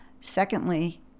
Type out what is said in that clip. Secondly